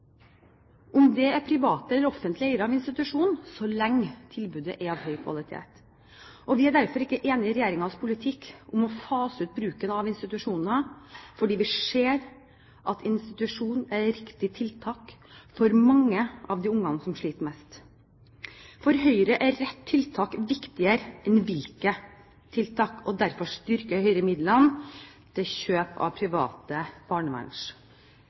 om det er private eller offentlige eiere av institusjonen, så lenge tilbudet er av høy kvalitet. Vi er derfor ikke enig i regjeringens politikk, å fase ut bruken av institusjoner, fordi vi ser at institusjon er det riktige tiltaket for mange av de barna som sliter mest. For Høyre er rett tiltak viktigere enn hvilket tiltak. Derfor styrker vi midlene til kjøp av private